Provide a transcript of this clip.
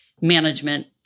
management